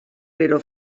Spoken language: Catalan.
però